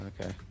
Okay